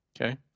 Okay